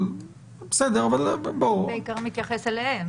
זה בעיקר מתייחס אליהם.